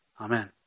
Amen